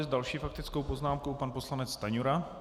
S další faktickou poznámkou pan poslanec Stanjura.